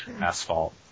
asphalt